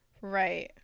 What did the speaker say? right